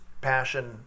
passion